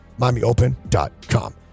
miamiopen.com